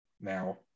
now